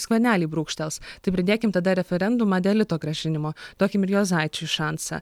skvernelį brūkštels tai pridėkim tada referendumą dėl lito grąžinimo duokim ir juozaičiui šansą